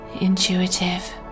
intuitive